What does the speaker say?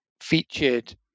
featured